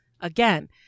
Again